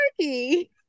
turkey